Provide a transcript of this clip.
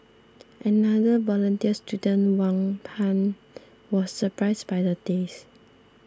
another volunteer student Wang Pan was surprised by the taste